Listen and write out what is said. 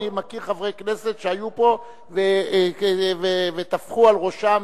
אני מכיר חברי כנסת שהיו פה וטפחו על ראשם,